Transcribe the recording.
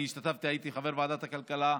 הייתי חבר ועדת הכלכלה,